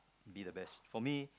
be the best for me